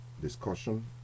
discussion